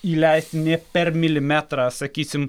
įleisti nė per milimetrą sakysim